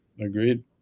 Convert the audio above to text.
Agreed